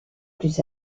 plus